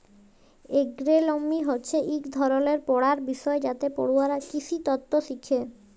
এগ্রোলমি হছে ইক ধরলের পড়ার বিষয় যাতে পড়ুয়ারা কিসিতত্ত শিখে